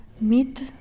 meet